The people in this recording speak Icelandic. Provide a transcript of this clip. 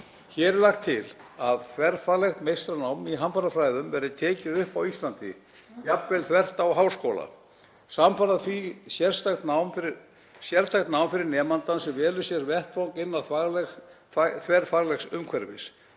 Hér er lagt til að þverfaglegt meistaranám í hamfarafræðum verði tekið upp á Íslandi, jafnvel þvert á háskóla, og samfara því sértækt nám fyrir nemandann sem velur sér vettvang innan þverfaglegs umhverfis.